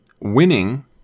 Winning